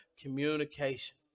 Communication